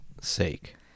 sake